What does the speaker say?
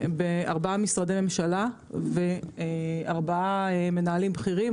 בארבעה משרדי ממשלה וארבעה מנהלים בכירים,